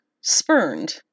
spurned